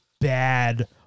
bad